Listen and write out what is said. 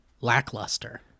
lackluster